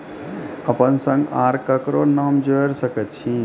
अपन संग आर ककरो नाम जोयर सकैत छी?